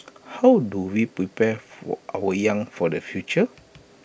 how do we prepare for our young for the future